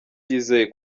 yizeye